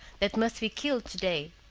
that must be killed to-day.